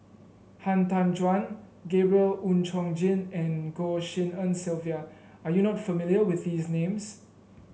Han Tan Juan Gabriel Oon Chong Jin and Goh Tshin En Sylvia are you not familiar with these names